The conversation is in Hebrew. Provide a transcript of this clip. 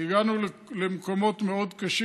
הגענו למקומות מאוד קשים.